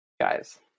guys